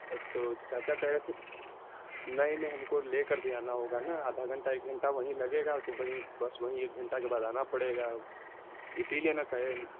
तो चाचा कहे तो नहीं नहीं हमको लेकर भी आना होगा न आधा घंटा एक घंटा वहीं लगेगा तो भी बस वही एक घंटा के बाद आना पड़ेगा इसीलिए न कहे